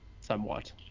somewhat